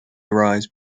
arise